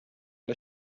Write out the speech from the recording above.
شرب